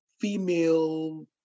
female